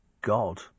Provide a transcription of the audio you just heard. god